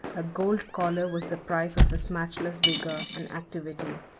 a gold collar was the prize of his matchless vigor and activity,